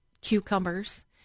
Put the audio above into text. cucumbers